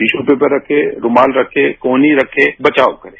tissue paper रखे रूमात रखे कोहनी रखे बचाव करें